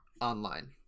online